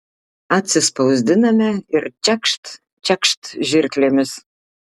atsispausdiname ir čekšt čekšt žirklėmis